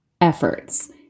efforts